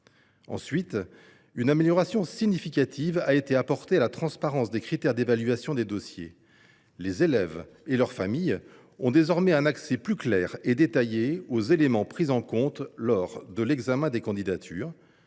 Ensuite, une amélioration significative a été apportée à la transparence des critères d’évaluation des dossiers. Les élèves et leurs familles ont désormais un accès plus simple et plus détaillé aux éléments pris en compte lors de l’examen des candidatures,